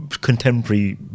contemporary